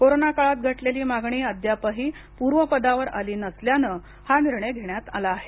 corona काळात घटलेले मागणी अद्यापही पूर्वपदावर आली नसल्यानं हा निर्णय घेण्यात आला आहे